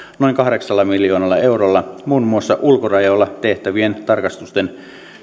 noin kahdeksalla miljoonalla eurolla muun muassa ulkorajoilla tehtävien tarkastusten